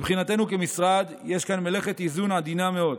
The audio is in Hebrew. מבחינתנו כמשרד, יש כאן מלאכת איזון עדינה מאוד: